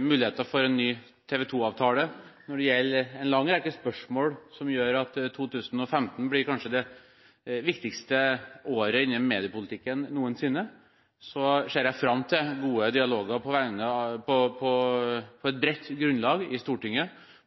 muligheten for en ny TV 2-avtale – en lang rekke spørsmål som gjør at 2015 kanskje blir det viktigste året innen mediepolitikken noensinne. Jeg ser fram til gode dialoger på et bredt grunnlag i Stortinget, på tvers av partigrenser, for å se på